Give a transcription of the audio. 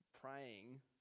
praying